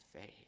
faith